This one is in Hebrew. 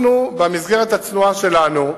אנחנו, במסגרת הצנועה שלנו,